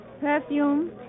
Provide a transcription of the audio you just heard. Perfume